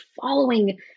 following